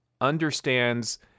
understands